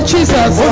Jesus